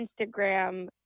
instagram